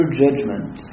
judgment